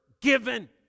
given